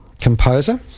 composer